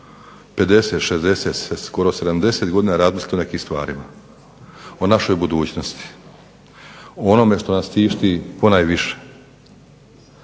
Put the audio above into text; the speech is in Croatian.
50, 60, skoro 70 godina razmislit o nekim stvarima, o našoj budućnosti, o onome što nas tišti ponajviše.